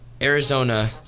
Arizona